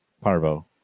Parvo